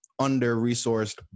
Under-resourced